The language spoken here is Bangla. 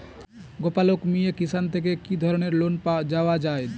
গোপালক মিয়ে কিষান থেকে কি ধরনের লোন দেওয়া হয়?